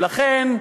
לכן,